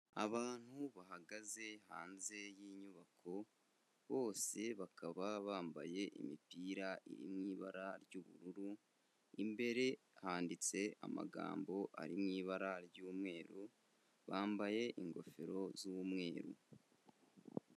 Abantu bahagaze hanze y'inyubako, bose bakaba bambaye imipira iri mu ibara ry'ubururu, imbere handitse amagambo ari mu ibara ry'umweru, bambaye ingofero z'umweru.